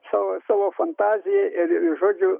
savo savo fantaziją ir žodžiu